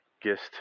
Gist